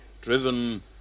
Driven